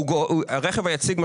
הרכב היציג,